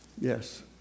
Yes